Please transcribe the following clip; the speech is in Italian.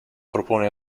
propone